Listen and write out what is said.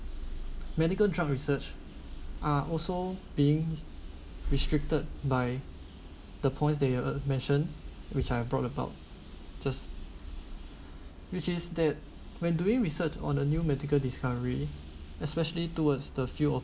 medical drug research are also being restricted by the points that you mention which I brought about just which is that when doing research on a new medical discovery especially towards the fuel